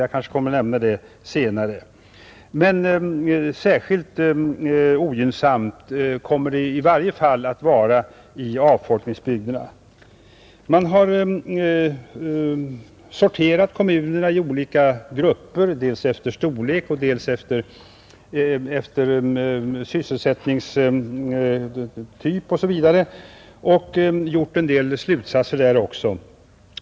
Jag kanske kommer att nämna det senare. Särskilt ogynnsamt kommer det i varje fall att bli i avfolkningskommunerna. Man har sorterat kommunerna i olika grupper, efter storlek, efter sysselsättningstyp osv. och dragit en del slutsatser av det.